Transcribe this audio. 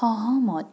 সহমত